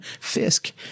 Fisk